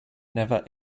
never